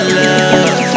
love